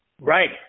right